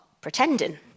pretending